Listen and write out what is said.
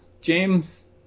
James